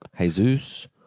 jesus